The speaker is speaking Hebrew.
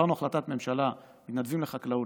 העברנו החלטת ממשלה, מתנדבים לחקלאות.